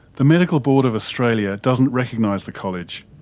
the medical board of australia doesn't recognise the college,